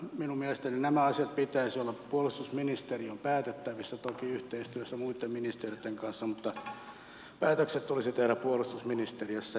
minun mielestäni näiden asioiden pitäisi olla puolustusministeriön päätettävissä toki yhteistyössä muitten ministeriöitten kanssa mutta päätökset tulisi tehdä puolustusministeriössä